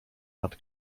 nad